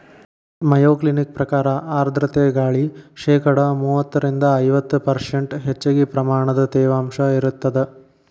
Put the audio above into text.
Mayo Clinic ಪ್ರಕಾರ ಆರ್ಧ್ರತೆ ಗಾಳಿ ಶೇಕಡಾ ಮೂವತ್ತರಿಂದ ಐವತ್ತು ಪರ್ಷ್ಂಟ್ ಹೆಚ್ಚಗಿ ಪ್ರಮಾಣದ ತೇವಾಂಶ ಇರತ್ತದ